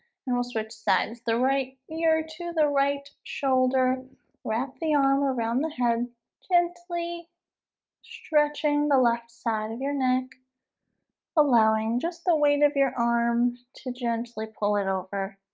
and we'll switch sides the right ear to the right shoulder wrap the arm around the head gently stretching the left side of your neck allowing just the weight of your arm to gently pull it over